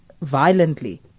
violently